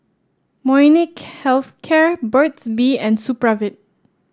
Molnylcke Health Care Burt's Bee and Supravit